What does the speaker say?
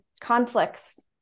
conflicts